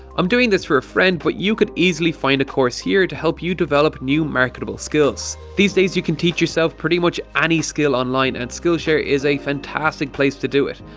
i'm doing this for a friend, but you could easily find a course in here to help you develop new marketable skills. these days you can teach yourself pretty much any skill online and skillshare is a fantastic place to do it.